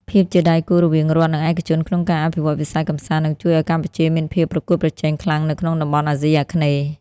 ភាពជាដៃគូរវាងរដ្ឋ និងឯកជនក្នុងការអភិវឌ្ឍវិស័យកម្សាន្ត នឹងជួយឱ្យកម្ពុជាមានភាពប្រកួតប្រជែងខ្លាំងនៅក្នុងតំបន់អាស៊ីអាគ្នេយ៍។